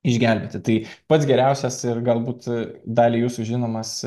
išgelbėti tai pats geriausias ir galbūt daliai jūsų žinomas